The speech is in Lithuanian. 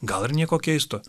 gal ir nieko keisto